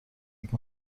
فکر